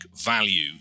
value